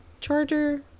Charger